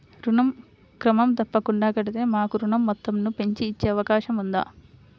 ఋణం క్రమం తప్పకుండా కడితే మాకు ఋణం మొత్తంను పెంచి ఇచ్చే అవకాశం ఉందా?